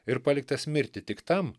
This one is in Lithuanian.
ir paliktas mirti tik tam